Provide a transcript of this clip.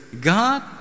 God